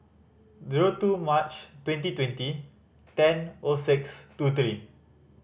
zero two March twenty twenty ten O six two three